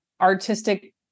artistic